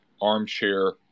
armchair